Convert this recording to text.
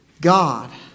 God